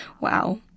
Wow